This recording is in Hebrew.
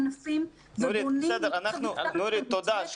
נורית, תודה.